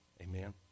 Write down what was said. Amen